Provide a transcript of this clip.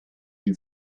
you